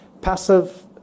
passive